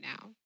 now